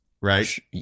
right